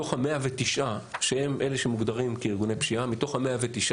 מתוך ה-109, שהם אלה שמוגדרים כארגוני פשיעה,